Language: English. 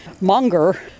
monger